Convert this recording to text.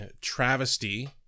travesty